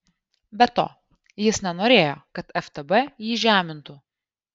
be to jis nenorėjo kad ftb jį žemintų